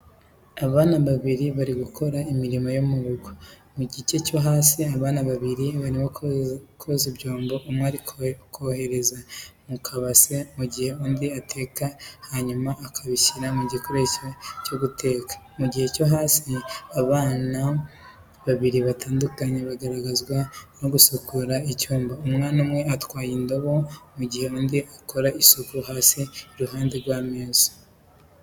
Abana babiri bari gukora imirimo yo mu rugo, mu gice cyo hejuru, abana babiri barimo koza ibyombo: umwe ari kogereza mu kabase, mu gihe undi ateka hanyuma akabishyira ku gikoresho cyo guteka. Mu gice cyo hasi, abana babiri batandukanye bagaragazwa basukura icyumba, umwana umwe atwaye indobo, mu gihe undi akora isuku hasi, iruhande rw'ameza.